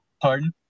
Pardon